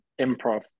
improv